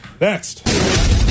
Next